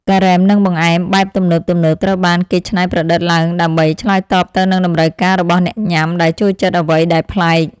ការ៉េម និងបង្អែមបែបទំនើបៗត្រូវបានគេច្នៃប្រឌិតឡើងដើម្បីឆ្លើយតបទៅនឹងតម្រូវការរបស់អ្នកញ៉ាំដែលចូលចិត្តអ្វីដែលប្លែក។